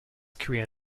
career